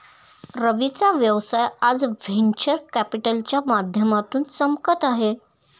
रवीचा व्यवसाय आज व्हेंचर कॅपिटलच्या माध्यमातून चमकत आहे